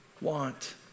want